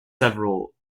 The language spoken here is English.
several